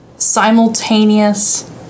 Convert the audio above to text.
Simultaneous